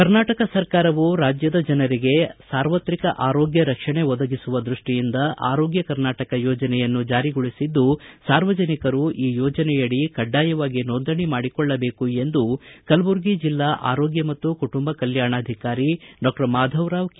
ಕರ್ನಾಟಕ ಸರ್ಕಾರವು ರಾಜ್ಯದ ಜನರಿಗೆ ಸಾರ್ವತ್ರಿಕ ಆರೋಗ್ಯ ರಕ್ಷಣೆ ಒದಗಿಸುವ ದೃಷ್ಟಿಯಿಂದ ಆರೋಗ್ಯ ಕರ್ನಾಟಕ ಯೋಜನೆಯನ್ನು ಜಾರಿಗೊಳಿಸಿದ್ದು ಸಾರ್ವಜನಿಕರು ಈ ಯೋಜನೆಯಡಿ ಕಡ್ಡಾಯವಾಗಿ ನೋಂದಣಿ ಮಾಡಿಕೊಳ್ಳಬೇಕು ಎಂದು ಕಲ್ಪುರ್ಗಿ ಜಿಲ್ಲಾ ಆರೋಗ್ಯ ಮತ್ತು ಕುಟುಂಬ ಕಲ್ಯಾಣಾಧಿಕಾರಿ ಡಾ ಮಾಧವರಾವ ಕೆ